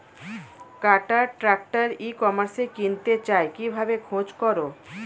কাটার tractor ই কমার্সে কিনতে চাই কিভাবে খোঁজ করো?